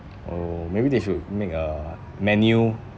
or maybe they should make a menu